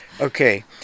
Okay